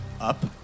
up